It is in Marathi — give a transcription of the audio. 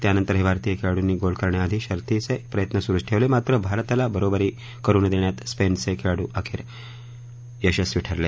त्यानंतरही भारतीय खेळांडूनी गोल करण्यासाठी शर्थीचे प्रयत्न सुरुच ठेवले मात्र भारताला बरोबरी करु न देण्यात स्पेनचे खेळाडू अखेर यशस्वी ठरले